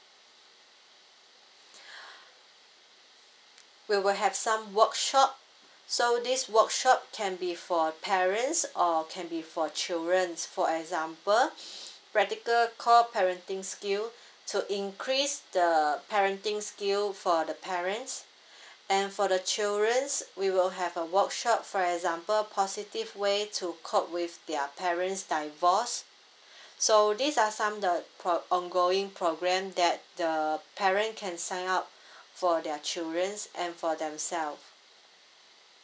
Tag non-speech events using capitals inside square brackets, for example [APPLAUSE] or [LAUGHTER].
[BREATH] we will have some workshop so this workshop can be for parents or can be for children for example [BREATH] practical core parenting skill to increase the parenting skill for the parents [BREATH] and for the children we will have a workshop for example positive way to cope with their parents divorce [BREATH] so these are some the prog~ ongoing programme that the parent can sign up [BREATH] for their children and for themselves